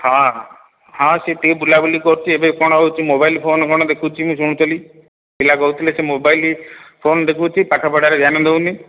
ହଁ ହଁ ହଁ ସିଏ ଟିକେ ବୁଲାବୁଲି କରୁଛି ଏବେ କ'ଣ ହେଉଛି ମୋବାଇଲ୍ ଫୋନ୍ କ'ଣ ଦେଖୁଛି ମୁଁ ଶୁଣୁଥିଲି ପିଲା କହୁଥିଲେ ସେ ମୋବାଇଲ୍ ଫୋନ୍ ଦେଖୁଛି ପାଠ ପଢ଼ାରେ ଧ୍ୟାନ ଦେଉନି